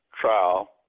trial